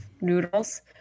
noodles